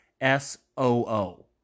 S-O-O